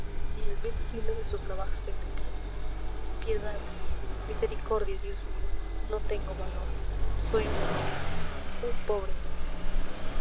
ni el vil filo de sus navajas en mi piel piedad misericordia dios mío no tengo valor soy una mujer un pobre niño